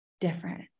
different